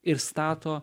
ir stato